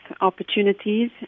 opportunities